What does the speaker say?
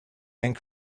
and